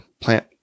plant